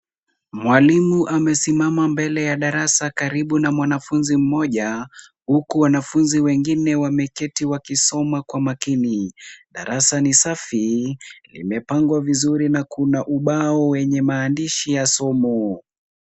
Mwalimu amesimama mbele ya darasa karibu na mwanafunzi mmoja huku wanafunzi wengine wameketi wakisoma kwa makini. Darasa ni safi, limepangwa vizuri na kuna ubao wenye maandishi ya somo.